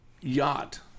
yacht